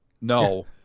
No